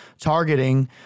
targeting